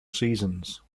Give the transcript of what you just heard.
seasons